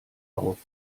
auf